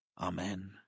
Amen